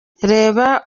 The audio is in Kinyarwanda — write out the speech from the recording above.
reba